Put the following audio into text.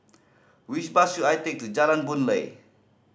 which bus should I take to Jalan Boon Lay